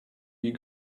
you